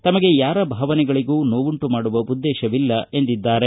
ತಮಗೆ ಯಾರ ಭಾವನೆಗಳಿಗು ನೋವುಂಟು ಮಾಡುವ ಉದ್ದೇಶವಿಲ್ಲ ಎಂದಿದ್ದಾರೆ